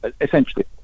essentially